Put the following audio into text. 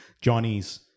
johnny's